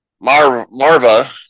Marva